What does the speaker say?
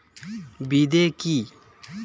বিদে কি?